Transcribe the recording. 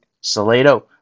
Salado